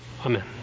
Amen